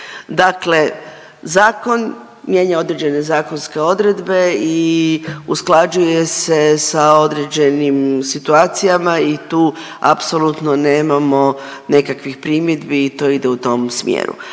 Dakle, zakon mijenja određene zakonske odredbe i usklađuje se sa određenim situacijama i tu apsolutno nemamo nekakvih primjedbi i to ide u tom smjeru,